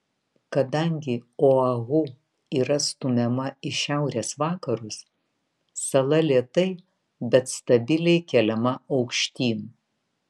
kadangi oahu yra stumiama į šiaurės vakarus sala lėtai bet stabiliai keliama aukštyn